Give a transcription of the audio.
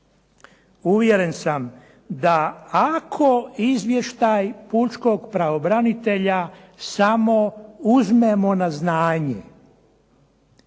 Uvjeren sam da ako izvještaj Pučkog pravobranitelja samo uzmemo na znanje,